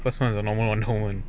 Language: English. first one is the normal one how one